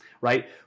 right